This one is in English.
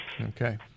Okay